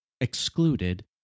excluded